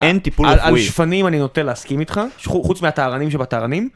אין טיפול רפואי. על שפנים אני נוטה להסכים איתך, חוץ מהטהרנים שבטהרנים.